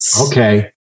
Okay